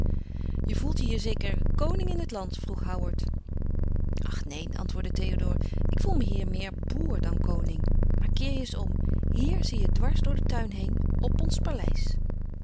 je voelt je hier zeker koning in het land vroeg howard ach neen antwoordde théodore ik voel me hier meer boer dan koning maar keer je eens om hier zie je dwars door den tuin heen op ons paleis